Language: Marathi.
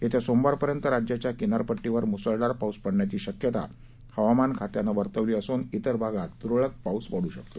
येत्या सोमवारपर्यंत राज्याच्या किनारपट्टीवर मुसळधार पाऊस पडण्याची शक्यता हवामान खात्यानं वर्तवली असून तिर भागात तुरळक पाऊस पडू शकतो